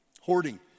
Hoarding